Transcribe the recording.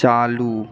चालू